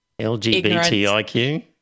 LGBTIQ